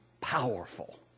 powerful